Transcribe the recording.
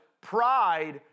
pride